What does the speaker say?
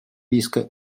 риска